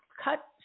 cut